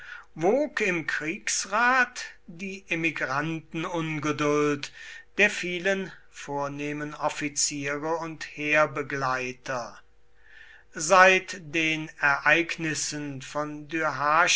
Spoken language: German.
wog im kriegsrat die emigrantenungeduld der vielen vornehmen offiziere und heerbegleiter seit den ereignissen von